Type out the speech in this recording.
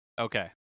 Okay